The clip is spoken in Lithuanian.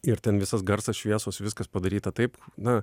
ir ten visas garsas šviesos viskas padaryta taip na